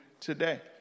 today